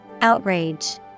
Outrage